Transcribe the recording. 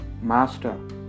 Master